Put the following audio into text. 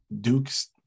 Dukes